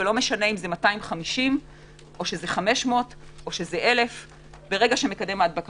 ולא משנה אם זה 250 או 500 או 1,000. תלוי